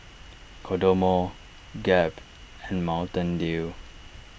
Kodomo Gap and Mountain Dew